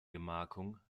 gemarkung